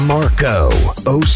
Marco